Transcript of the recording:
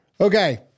Okay